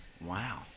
Wow